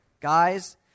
Guys